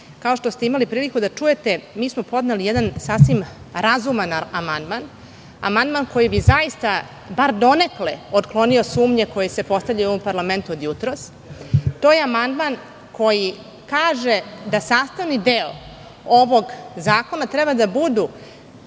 što ste imali priliku da čujete, mi smo podneli jedan sasvim razuman amandman, koji bi bar donekle otklonio sumnje koje se postavljaju u ovom parlamentu od jutros. To je amandman koji kaže da sastavni deo ovog zakona treba da budu